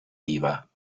riva